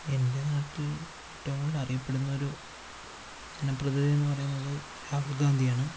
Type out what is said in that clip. എൻ്റെ നാട്ടിൽ ഏറ്റവും കൂടുതൽ അറിയപ്പെടുന്നൊരു ജനപ്രധിനിധിയെന്നു പറയുന്നത് രാഹുൽ ഗാന്ധിയാണ്